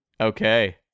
Okay